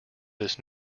this